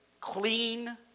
clean